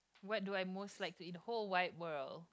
what do I most like to eat in the whole wide world